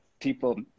people